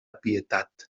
pietat